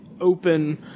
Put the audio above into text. open